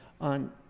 on